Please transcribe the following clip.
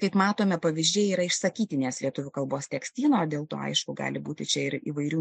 kaip matome pavyzdžiai yra iš sakytinės lietuvių kalbos tekstyno dėl to aišku gali būti čia ir įvairių